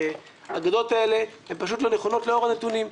האגדות האלה הן פשוט לא נכונות לאור הנתונים.